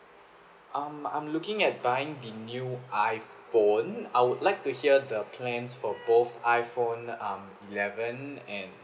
um I'm looking at buying the new iphone I would like to hear the plans for both iphone um eleven and